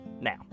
Now